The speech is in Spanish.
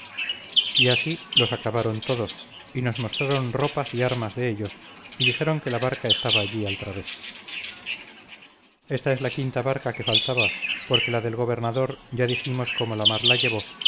y así los acabaron todos y nos mostraron ropas y armas de ellos y dijeron que la barca estaba allí al través esta es la quinta barca que faltaba porque la del gobernador ya dijimos cómo